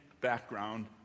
background